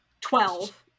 twelve